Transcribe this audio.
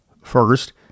First